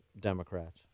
Democrats